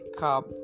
cup